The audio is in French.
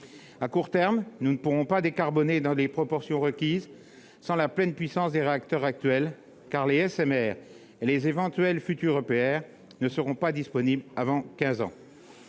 À court terme, nous ne pourrons pas décarboner dans les proportions requises sans la pleine puissance des réacteurs actuels, car les SMR () et les éventuels futurs EPR ne seront pas disponibles avant quinze